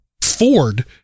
Ford